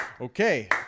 okay